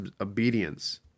obedience